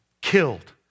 killed